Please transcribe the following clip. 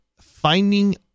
finding